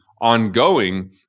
ongoing